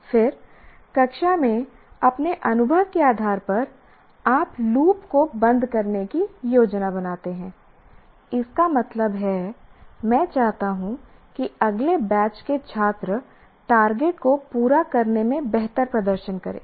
फिर कक्षा में अपने अनुभव के आधार पर आप लूप को बंद करने की योजना बनाते हैं इसका मतलब है मैं चाहता हूं कि अगले बैच के छात्र टारगेट को पूरा करने में बेहतर प्रदर्शन करें